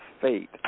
fate